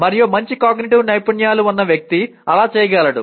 మరియు మంచి మెటాకాగ్నిటివ్ నైపుణ్యాలు ఉన్న వ్యక్తి అలా చేయగలడు